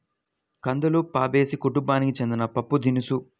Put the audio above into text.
కందులు ఫాబేసి కుటుంబానికి చెందిన పప్పుదినుసు